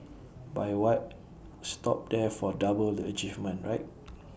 but why stop there for double the achievement right